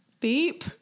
Beep